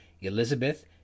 Elizabeth